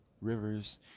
rivers